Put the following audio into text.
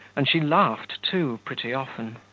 and she laughed too, pretty often.